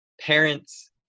parents